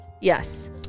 Yes